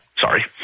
Sorry